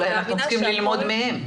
אולי אנחנו צריכים ללמוד מהם.